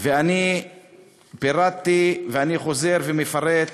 ואני פירטתי, ואני חוזר ומפרט,